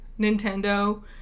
nintendo